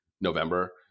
November